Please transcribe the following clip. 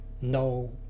No